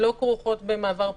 לא כרוכות במעבר בחינה,